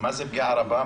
מה זה "פגיעה רבה"?